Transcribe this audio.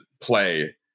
play